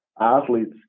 athletes